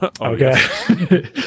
okay